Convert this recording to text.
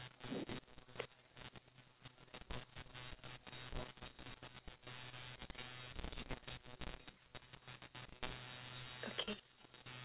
okay